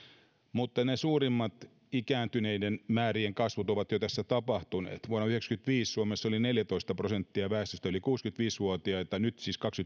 mutta ne suurimmat ikääntyneiden määrien kasvut ovat jo tässä tapahtuneet vuonna yhdeksänkymmentäviisi suomessa oli neljätoista prosenttia väestöstä yli kuusikymmentäviisi vuotiaita nyt siis